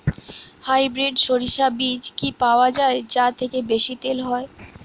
Hybrid শরিষা বীজ কি পাওয়া য়ায় যা থেকে বেশি তেল হয়?